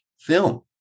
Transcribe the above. film